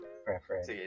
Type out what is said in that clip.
Preference